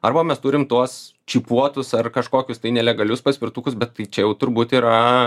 arba mes turim tuos čipuotus ar kažkokius tai nelegalius paspirtukus bet tai čia jau turbūt yra